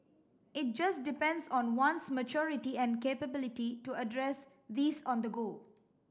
it just depends on one's maturity and capability to address these on the go